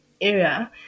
area